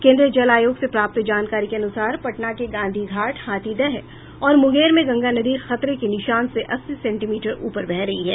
केन्द्रीय जल आयोग से प्राप्त जानकारी के अनुसार पटना के गांधी घाट हाथीदह और मुंगेर में गंगा नदी खतरे के निशान से अस्सी सेंटीमीटर ऊपर बह रही है